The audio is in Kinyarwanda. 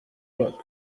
park